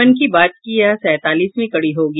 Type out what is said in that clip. मन की बात की यह सैंतालीसवीं कड़ी होगी